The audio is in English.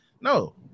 no